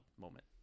moment